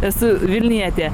esu vilnietė